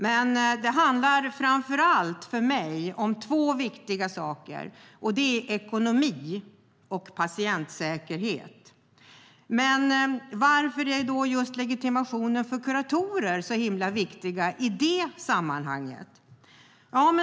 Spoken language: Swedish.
För mig handlar det framför allt om två viktiga saker: ekonomi och patientsäkerhet. Varför är då just legitimationen för kuratorer så himla viktig i det sammanhanget?